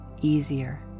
easier